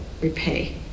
repay